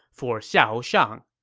for xiahou shang.